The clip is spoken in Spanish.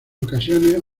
ocasiones